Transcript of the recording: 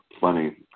funny